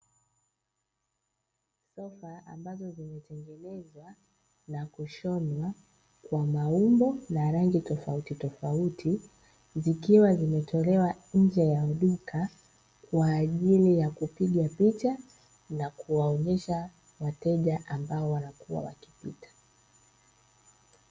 Sofa ambazo zimetengenezwa na kushonwa kwa maumbo na rangi tofauti tofauti zikiwa zimetolewa nje ya duka kwa ajili ya kupiga picha na kuwaonyesha wateja ambao wanakuwa wakipita.